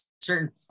certain